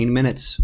minutes